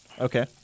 Okay